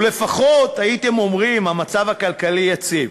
לפחות הייתם אומרים: המצב הכלכלי יציב.